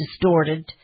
distorted